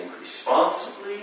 responsibly